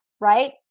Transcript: right